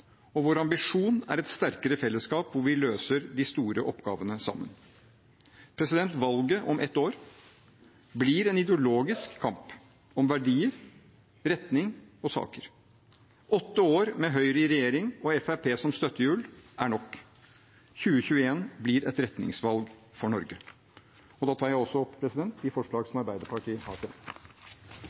Vår ambisjon er et sterkere fellesskap hvor vi løser de store oppgavene sammen. Valget om ett år blir en ideologisk kamp om verdier, retning og saker. Åtte år med Høyre i regjering og Fremskrittspartiet som støttehjul er nok. 2021 blir et retningsvalg for Norge. Jeg tar opp de forslag som Arbeiderpartiet har fremmet. Representanten Jonas Gahr Støre har tatt opp de forslagene han refererte til.